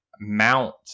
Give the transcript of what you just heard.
Mount